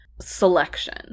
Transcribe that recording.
selection